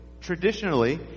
traditionally